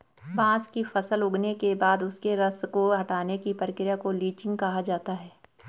बांस की फसल उगने के बाद उसके रस को हटाने की प्रक्रिया को लीचिंग कहा जाता है